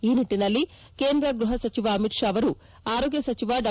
ಈ ನಿಟ್ಟಿನಲ್ಲಿ ಕೇಂದ್ರ ಗ್ಬಹ ಸಚಿವ ಅಮಿತ್ ಶಾ ಅವರು ಆರೋಗ್ಬ ಸಚಿವ ಡಾ